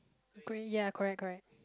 grey ya correct correct